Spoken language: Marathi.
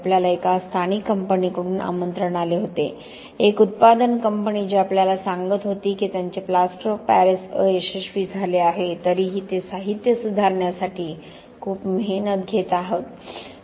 आपल्याला एका स्थानिक कंपनीकडून आमंत्रण आले होते एक उत्पादन कंपनी जे आपल्याला सांगत होती की त्यांचे प्लास्टर ऑफ पॅरिस अयशस्वी झाले आहे तरीही ते साहित्य सुधारण्यासाठी खूप मेहनत घेत आहेत